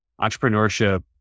entrepreneurship